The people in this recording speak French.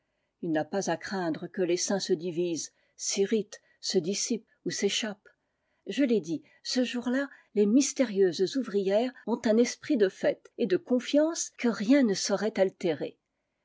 u n'a pas à craindre que tessaim se divise s'irrite se dissipe ou s'échappe je vm dit ce jour-là les mystérieuses ouvrières ont un esprit de fête et de confiance que rien ne saurait altérer